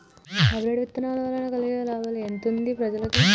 Hybrid విత్తనాల వలన కలిగే లాభం ఎంతుంది ప్రజలకి?